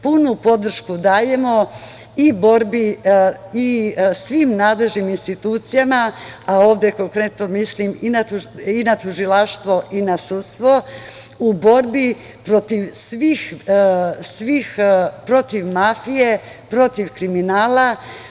Punu podršku dajemo borbi svim nadležnim institucijama, a ovde konkretno mislim i na tužilaštvo i na sudstvo, u borbi protiv mafije, protiv kriminala.